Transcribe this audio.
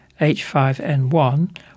H5N1